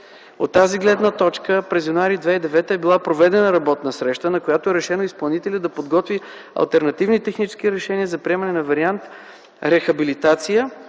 От тази гледна точка през м. януари 2009 г. е била проведена работна среща, на която е решено изпълнителят да подготви алтернативни технически решения за приемане на вариант рехабилитация,